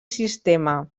sistema